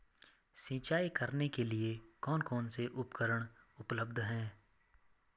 सिंचाई करने के लिए कौन कौन से उपकरण उपलब्ध हैं?